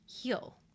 heal